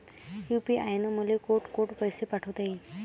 UPI न मले कोठ कोठ पैसे पाठवता येईन?